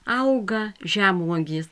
auga žemuogės